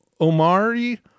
Omari